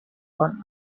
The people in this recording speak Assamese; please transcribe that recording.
এখন